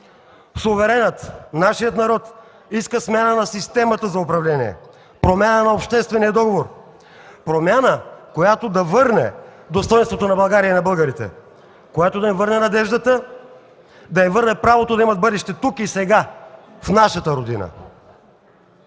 Суверенът, нашият народ, иска смяната на системата за управление, промяна на обществения договор – промяна, която да върне достойнството на България и на българите, която да им върне надеждата, да им върне правото да имат бъдеще тук и сега, в нашата родина.